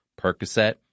Percocet